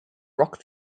rock